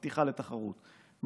הפתיחה לתחרות,